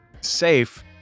safe